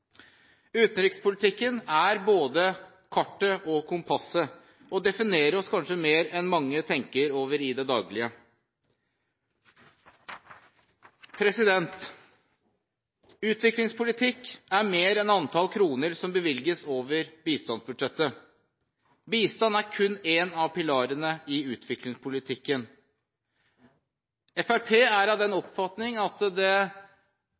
Utenrikspolitikken er både kartet og kompasset og definerer oss kanskje mer enn mange tenker over i det daglige. Utviklingspolitikk er mer enn antall kroner som bevilges over bistandsbudsjettet. Bistand er kun én av pilarene i utviklingspolitikken. Fremskrittspartiet er av den oppfatning at det